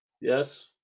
yes